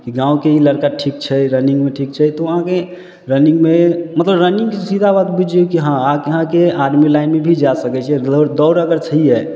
गाँवके ई लड़का ठीक छै रनिंगमे ठीक छै तऽ ओ अहाँके रनिंगमे मतलब रनिंगके सीधा बात बुझि जइयौ कि हँ अहाँके आर्मी लाइनमे भी जा सकै छियै दौड़ आर तऽ छहियै